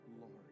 Lord